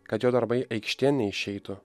kad jo darbai aikštėn neišeitų